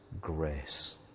grace